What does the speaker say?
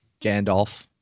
Gandalf